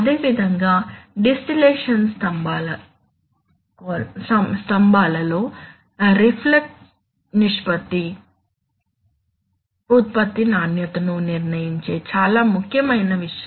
అదేవిధంగా డిస్టిలేషన్ స్తంభాల లో రిఫ్లక్స్ నిష్పత్తి ఉత్పత్తి నాణ్యతను నిర్ణయించే చాలా ముఖ్యమైన విషయం